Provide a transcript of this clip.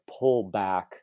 pullback